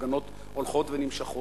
ההפגנות הולכות ונמשכות,